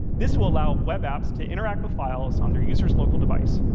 this will allow web apps to interact with files on their user's local device.